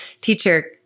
teacher